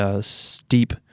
steep